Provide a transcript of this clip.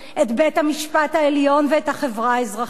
את בית-המשפט העליון ואת החברה האזרחית.